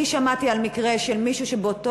אני שמעתי על מקרה של מישהו שבאותו